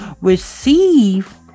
receive